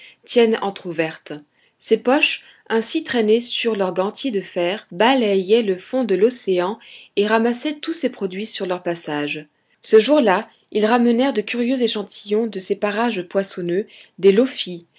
tiennent entr'ouvertes ces poches ainsi traînées sur leurs gantiers de fer balayaient le fond de l'océan et ramassaient tous ses produits sur leur passage ce jour-là ils ramenèrent de curieux échantillons de ces parages poissonneux des